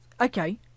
Okay